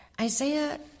Isaiah